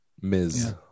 Ms